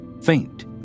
faint